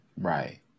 Right